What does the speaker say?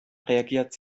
reagiert